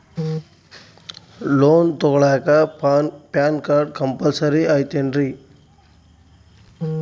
Loan ತೊಗೊಳ್ಳಾಕ PAN card compulsory ಐಯ್ತೇನ್ರಿ?